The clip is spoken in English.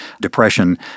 Depression